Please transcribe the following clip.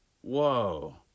Whoa